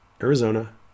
Arizona